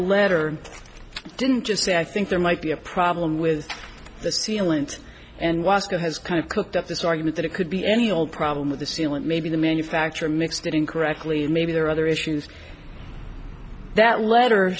letter didn't just say i think there might be a problem with the sealant and was going has kind of cooked up this argument that it could be any old problem with the seal and maybe the manufacturer mixed it incorrectly and maybe there are other issues that letter